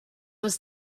was